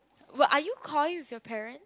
but are you coy with your parent